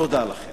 תודה לכם.